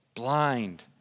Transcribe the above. blind